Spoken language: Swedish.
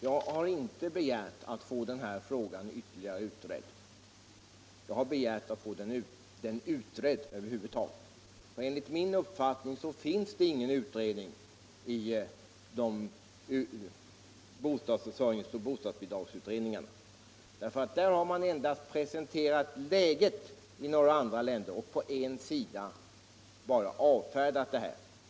Jag har inte begärt att få denna fråga ytterligare utredd, utan jag har begärt att få den utredd över huvud taget. Enligt min uppfattning har frågan nämligen inte utretts i boendeoch bostadsfinansieringsutredningarna. Där har man bara presenterat läget i en del andra länder och därefter avfärdat hela frågan på en sida.